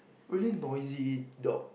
really noisy dog